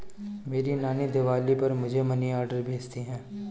मेरी नानी दिवाली पर मुझे मनी ऑर्डर भेजती है